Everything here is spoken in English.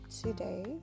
today